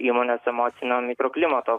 įmonės emocinio mikroklimato